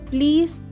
Please